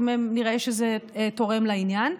אם נראה שזה תורם לעניין.